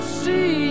see